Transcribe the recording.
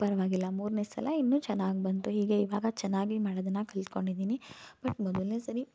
ಪರ್ವಾಗಿಲ್ಲ ಮೂರನೇ ಸಲ ಇನ್ನೂ ಚೆನ್ನಾಗಿ ಬಂತು ಹೀಗೆ ಈವಾಗ ಚೆನ್ನಾಗಿ ಮಾಡೋದನ್ನ ಕಲ್ತ್ಕೊಂಡಿದ್ದೀನಿ ಬಟ್ ಮೊದಲನೇ ಸರಿ